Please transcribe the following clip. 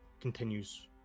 continues